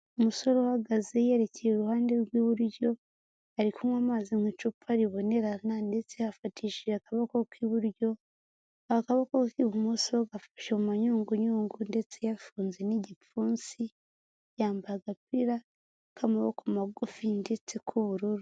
Umusore uhagaze yerekeye iruhande rw'iburyo, ari kunywa amazi mu icupa ribonerana ndetse yafatishije akaboko k'iburyo, akaboko k'ibumoso gafashe mu manyungunyungu ndetse yafunze n'igipfunsi, yambaye agapira k'amaboko magufi ndetse k'ubururu.